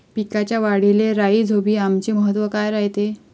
पिकाच्या वाढीले राईझोबीआमचे महत्व काय रायते?